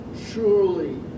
Surely